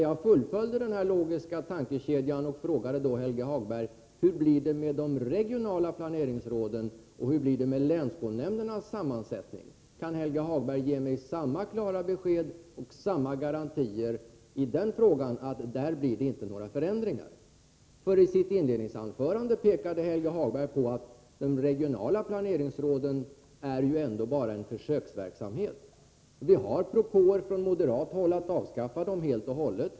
Jag fullföljde den här logiska tankekedjan och frågade Helge Hagberg: Hur blir det med de regionala planeringsråden, och hur blir det med länsskolnämndernas sammansättning? Kan Helge Hagberg ge mig samma klara besked och samma garantier i den frågan, att det där inte blir några förändringar? I sitt inledningsanförande pekade Helge Hagberg på att de regionala planeringsråden bara är en försöksverksamhet. Det finns propåer från moderat håll att man skall avskaffa planeringsråden helt och hållet.